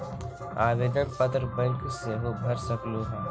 आवेदन पत्र बैंक सेहु भर सकलु ह?